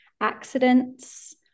accidents